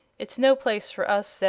it's no place for us,